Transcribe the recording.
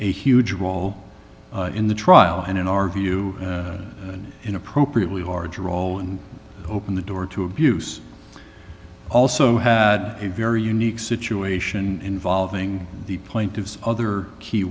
a huge wall in the trial and in our view and in appropriately larger role and open the door to abuse also had a very unique situation involving the plaintiffs other key